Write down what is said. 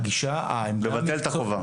בהתאם לממצאים.